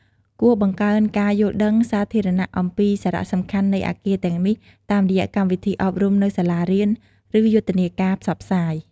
គួរបង្កើនការយល់ដឹងសាធារណៈអំពីសារៈសំខាន់នៃអគារទាំងនេះ តាមរយៈកម្មវិធីអប់រំនៅសាលារៀន ឬយុទ្ធនាការផ្សព្វផ្សាយ។